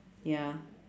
ya